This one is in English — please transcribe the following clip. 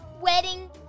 wedding